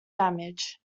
damage